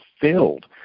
filled